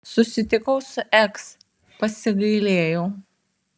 susitikau su eks pasigailėjau